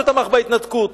שתמך בהתנתקות.